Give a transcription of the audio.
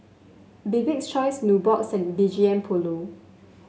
Bibik's Choice Nubox and B G M Polo